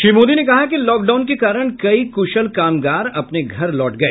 श्री मोदी ने कहा कि लॉकडाउन के कारण कई कुशल कामगार अपने घर लौट गए